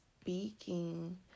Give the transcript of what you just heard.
speaking